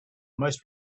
most